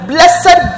Blessed